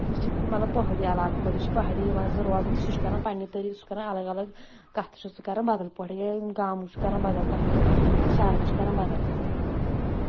یہِ چھُ مطلب پہٲڑی علاقُک یہِ چھُ پہٲڑی منٛز روزان سُہ چھُ کران پَنٕنہِ طریٖقہٕ سُہ چھُ کران الگ الگ کَتھٕ چھُ سُہ کرن بدل پٲٹھۍ ییٚلہِ یہِ گامُک چھُ کران بدل کَتھٕ شَہرُک چھُ کران بدل کَتھٕ